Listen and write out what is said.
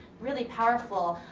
really powerful.